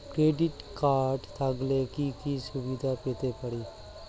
Credit card থাকলে কি কি সুবিধা পেতে পারি?